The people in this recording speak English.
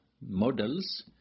models